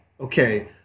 okay